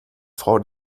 frau